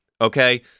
Okay